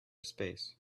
space